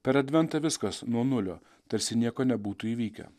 per adventą viskas nuo nulio tarsi nieko nebūtų įvykę